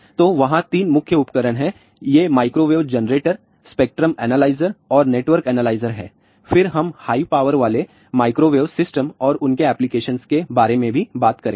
तो वहाँ 3 मुख्य उपकरण हैं ये माइक्रोवेव जनरेटर स्पेक्ट्रम एनालाइजर और नेटवर्क एनालाइजर हैं और फिर हम हाई पावर वाले माइक्रोवेव सिस्टम और उनके एप्लीकेशन के बारे में भी बात करेंगे